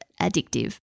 addictive